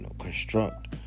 construct